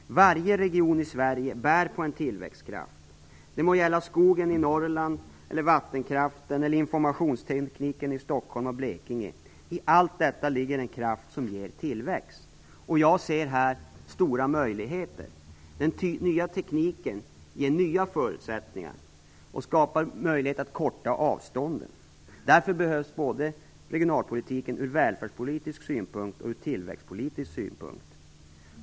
Varje region i Sverige bär på en tillväxtkraft. Det må gälla skogen och vattenkraften i Norrland eller informationstekniken i Stockholm och Blekinge - i allt detta ligger en kraft som ger tillväxt. Jag ser här stora möjligheter. Den nya tekniken ger nya förutsättningar och skapar möjligheter att förkorta avstånden. Därför behövs regionalpolitiken både ur välfärdspolitisk och ur tillväxtpolitisk synpunkt.